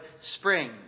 spring